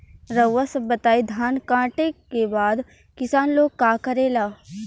रउआ सभ बताई धान कांटेके बाद किसान लोग का करेला?